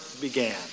began